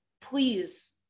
please